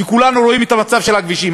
כי כולנו רואים את המצב של הכבישים.